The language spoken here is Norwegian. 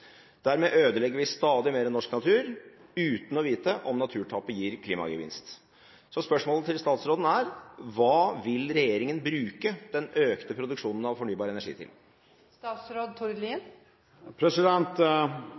Dermed ødelegger vi stadig mer norsk natur uten å vite om naturtapet gir klimagevinst. Hva vil regjeringen bruke den økte produksjonen av fornybar